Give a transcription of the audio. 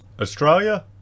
Australia